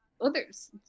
others